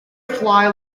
fly